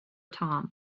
tom